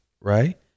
right